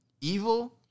evil